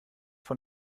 von